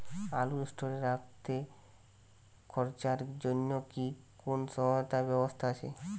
আলু স্টোরে রাখতে খরচার জন্যকি কোন সহায়তার ব্যবস্থা আছে?